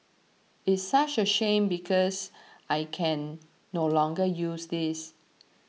it's such a shame because I can no longer use this